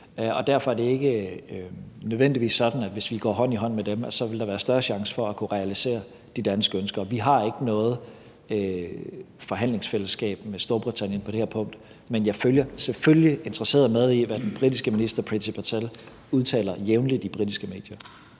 og derfor er det ikke nødvendigvis sådan, at hvis vi går hånd i hånd med dem, så vil der være større chance for at kunne realisere de danske ønsker. Og vi har ikke noget forhandlingsfællesskab med Storbritannien på det her punkt, men jeg følger selvfølgelig interesseret med i, hvad den britiske minister Priti Patel udtaler jævnligt i britiske medier.